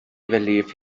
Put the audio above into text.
believe